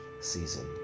season